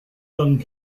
lung